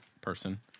person